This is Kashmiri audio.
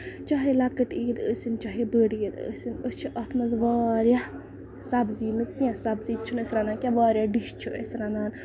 چاہے لۄکٔٹ عیٖد ٲسِنۍ چاہے بٔڑ عیٖد ٲسِنۍ أسۍ چھِ اَتھ منٛز واریاہ سَبزی نہٕ کیٚنٛہہ سَبزی چھِنہٕ أسۍ رَنان کیٚنہہ واریاہ ڈِش چھِ أسۍ رَنان